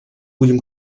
будем